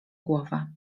głowę